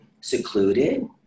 secluded